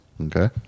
Okay